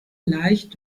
leicht